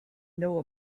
know